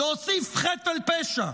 להוסיף חטא על פשע,